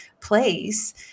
place